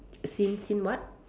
seen seen what